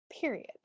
period